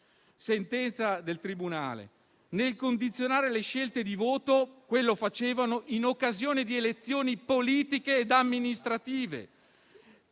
sentenza del tribunale: «nel condizionare le scelte di voto» - quello facevano - «in occasione di elezioni politiche ed amministrative»;